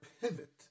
pivot